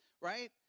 right